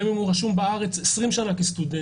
גם אם הוא רשום בארץ 20 שנה כסטודנט,